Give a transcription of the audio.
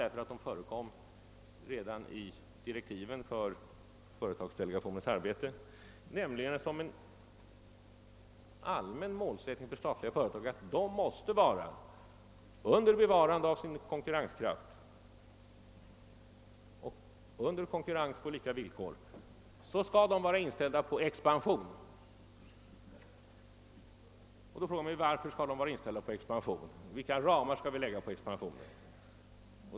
Redan i direktiven för företagsdelegationens arbete nämndes som en allmän målsättning för statliga företag att de — under bevarande av sin konkurrenskraft och under konkurrens på lika villkor — måste vara inställda på expansion. Då frågar man: Varför skall de vara det? Vilka ramar skall läggas på expansionen?